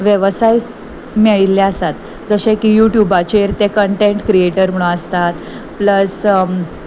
वेवसाय मेळिल्ले आसात जशे की यू ट्यूबाचेर ते कंटेंट क्रियएटर म्हण आसतात प्लस